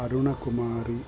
Arunkumari